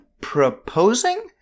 proposing